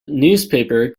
newspaper